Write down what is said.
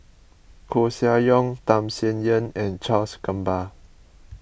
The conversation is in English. Koeh Sia Yong Tham Sien Yen and Charles Gamba